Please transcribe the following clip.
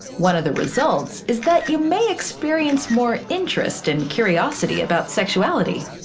one of the results is that you may experience more interest, and curiosity about sexuality.